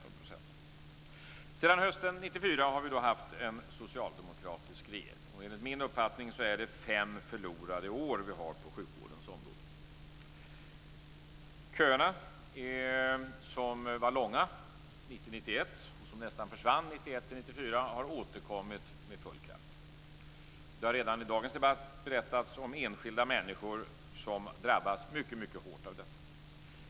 Sedan hösten 1994 har vi haft en socialdemokratisk regering. Enligt min uppfattning är det fem förlorade år på sjukvårdens område. Köerna som var långa 1990-1991, och som nästan försvann 1991-1994, har återkommit med full kraft. Det har redan i dagens debatt berättats om enskilda människor som drabbats mycket hårt av detta.